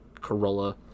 Corolla